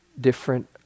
different